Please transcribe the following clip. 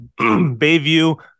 Bayview